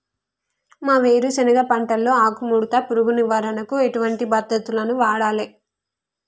మా వేరుశెనగ పంటలో ఆకుముడత పురుగు నివారణకు ఎటువంటి పద్దతులను వాడాలే?